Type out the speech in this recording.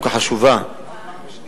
סגן ראש הממשלה ושר הפנים השר אליהו ישי.